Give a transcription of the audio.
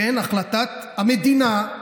כן, החלטת המדינה,